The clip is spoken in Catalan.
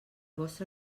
vostre